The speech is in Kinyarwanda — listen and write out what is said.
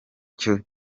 cyo